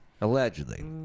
allegedly